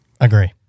Agree